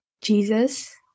jesus